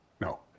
No